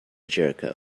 jericho